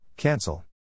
Cancel